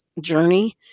journey